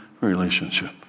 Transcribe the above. relationship